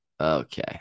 okay